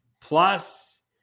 plus